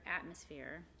atmosphere